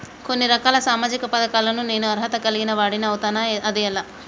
కొన్ని రకాల సామాజిక పథకాలకు నేను అర్హత కలిగిన వాడిని అవుతానా? అది ఎలా?